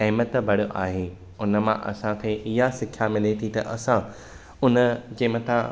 अहमियत भरि आहे उन मां असांखे इहा सिखिया मिले थी त असां उन जे मथां